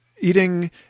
eating